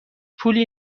پولی